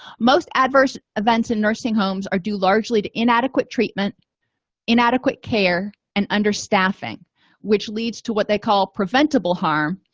most adverse events in nursing homes are due largely to inadequate treatment inadequate care and understaffing which leads to what they call preventable harm